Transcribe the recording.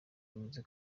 yavuze